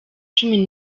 cumi